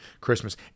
Christmas